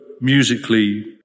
musically